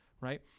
right